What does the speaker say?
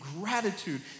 gratitude